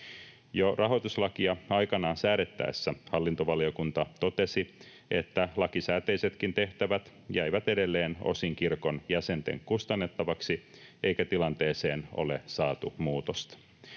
Jo rahoituslakia aikanaan säädettäessä hallintovaliokunta totesi, että lakisääteisetkin tehtävät jäivät edelleen osin kirkon jäsenten kustannettavaksi, eikä tilanteeseen ole saatu muutosta.